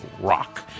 rock